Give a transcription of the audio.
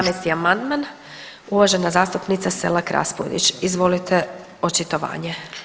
12. amandman, uvažena zastupnica Selak Raspudić, izvolite očitovanje.